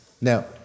Now